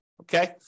okay